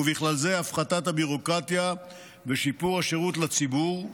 ובכלל זה הפחתת הביורוקרטיה ושיפור השירות לציבור,